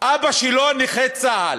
אבא שלו נכה צה"ל,